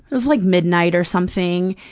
like, midnight or something,